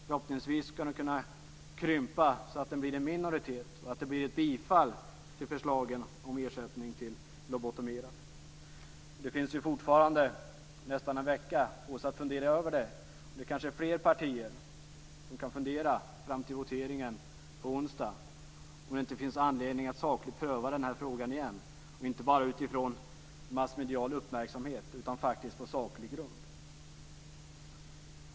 Förhoppningsvis skall den krympa så pass att den blir en minoritet och att det blir ett bifall till förslagen om ersättning till lobotomerade. Det finns fortfarande nästan en vecka att fundera på det. Det kanske är fler partier som fram till voteringen på onsdag kan fundera på om det inte finns anledning att sakligt pröva den här frågan igen - och inte bara utifrån massmedial uppmärksamhet utan faktiskt på saklig grund.